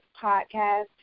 podcast